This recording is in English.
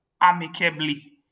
amicably